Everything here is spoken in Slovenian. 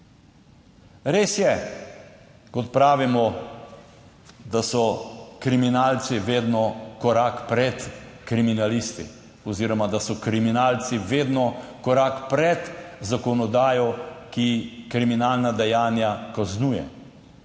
Res je, kot pravimo, da so kriminalci vedno korak pred kriminalisti oziroma da so kriminalci vedno korak pred zakonodajo, ki kriminalna dejanja kaznuje,